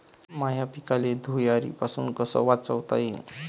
माह्या पिकाले धुयारीपासुन कस वाचवता येईन?